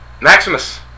Maximus